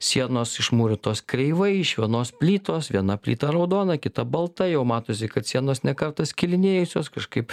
sienos išmūrytos kreivai iš vienos plytos viena plyta raudona kita balta jau matosi kad sienos ne kartą skilinėjusios kažkaip